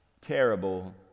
terrible